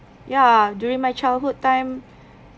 ya during my childhood time